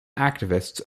activists